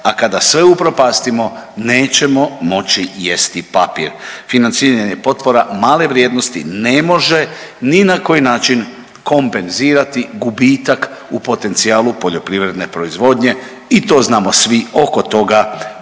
a kada sve upropastimo nećemo moći jesti papir. Financiranje potpora male vrijednosti ne može ni na koji način kompenzirati gubitak u potencijalu poljoprivredne proizvodnje i to znamo svi oko toga